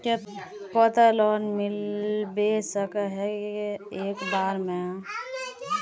केते लोन मिलबे सके है एक बार में?